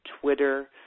Twitter